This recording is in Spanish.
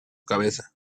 cabeza